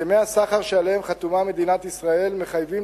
הסכמי הסחר שעליהם חתומה מדינת ישראל מחייבים